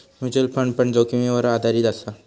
mutual fund पण जोखीमीवर आधारीत असा